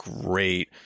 great